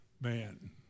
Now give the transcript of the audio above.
man